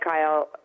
Kyle